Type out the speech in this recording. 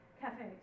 cafes